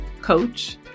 coach